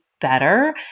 better